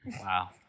Wow